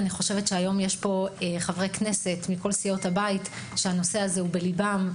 נמצאים פה היום חברי כנסת מכל סיעות הבית שהנושא הזה הוא בליבם.